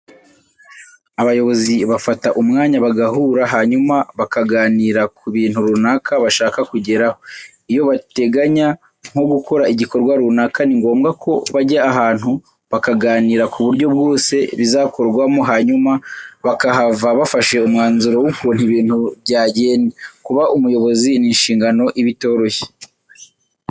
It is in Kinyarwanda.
Abayobozi bafata umwanya bagahura hanyuma bakaganira ku bintu runaka bashaka kugeraho. Iyo bateganya nko gukora igikorwa runaka, ni ngombwa ko bajya ahantu bakaganira ku buryo bwose bizakorwamo hanyuma bakahava bafashe umwanzuro w'ukuntu ibintu byagenda. Kuba umuyobozi ni inshingano iba itoroshye.